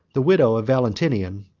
the widow of valentinian,